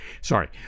Sorry